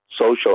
social